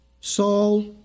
Saul